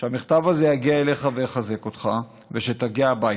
שהמכתב הזה יגיע אליך ויחזק אותך ושתגיע הביתה.